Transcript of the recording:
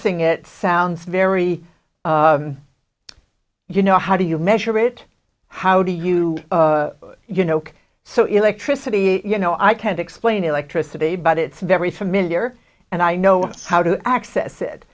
thing it sounds very you know how do you measure it how do you you know so electricity you know i can't explain electricity but it's very familiar and i know how to access it